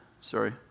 sorry